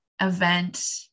event